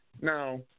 Now